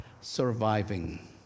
surviving